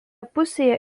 pusėje